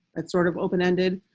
that sort of open ended.